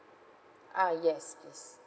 ah yes yes